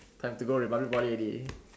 time to go republic Poly already